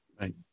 Right